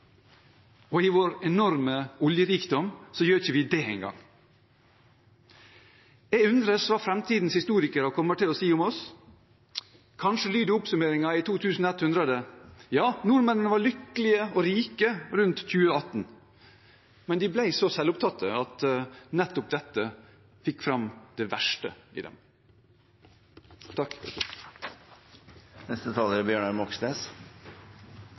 I vår enorme oljerikdom gjør vi ikke det engang. Jeg undres hva framtidens historikere kommer til å si om oss. Kanskje lyder oppsummeringen i 2100: Ja, nordmennene var lykkelige og rike rundt 2018, men de ble så selvopptatt at nettopp dette fikk fram det verste i dem.